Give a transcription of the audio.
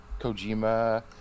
Kojima